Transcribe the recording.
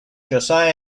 josiah